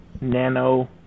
nano